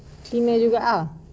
female juga ah